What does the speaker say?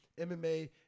MMA